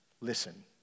Listen